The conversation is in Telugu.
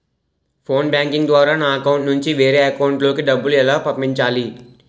ఫోన్ బ్యాంకింగ్ ద్వారా నా అకౌంట్ నుంచి వేరే అకౌంట్ లోకి డబ్బులు ఎలా పంపించాలి?